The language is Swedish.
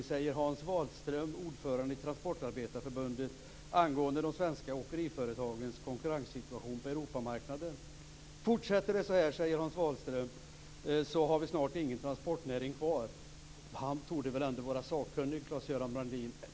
Detta säger Hans Wahlström, ordförande i Fortsätter det så här, säger Hans Wahlström, så har vi snart ingen transportnäring kvar. Hans Wahlström torde väl ändå, Claes-Göran Brandin, vara sakkunnig.